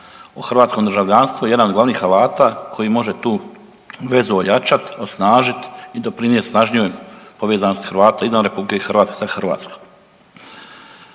hrvatskom državljanstvu jedan od glavnih Hrvata koji može tu vezu ojačat, osnažit i doprinjet snažnijoj povezanosti Hrvata izvan RH sa Hrvatskom